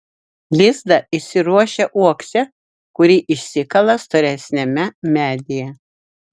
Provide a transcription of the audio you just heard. lizdą įsiruošia uokse kurį išsikala storesniame medyje